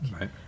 Right